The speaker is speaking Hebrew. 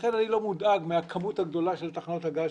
לכן אני לא מודאג מהכמות הגדולה של תחנות הגז